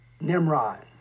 Nimrod